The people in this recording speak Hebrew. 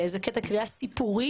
לאיזה קטע קריאה סיפורי.